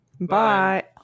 Bye